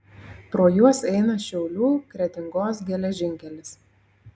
pro juos eina šiaulių kretingos geležinkelis